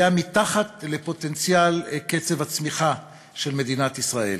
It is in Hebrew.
היה מתחת לפוטנציאל קצב הצמיחה של מדינת ישראל.